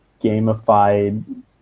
gamified